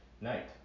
night